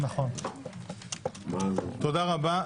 תודה רבה.